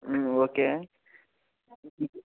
okay